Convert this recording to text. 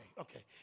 okay